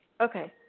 okay